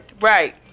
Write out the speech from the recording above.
Right